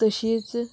तशींच